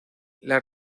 las